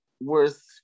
worth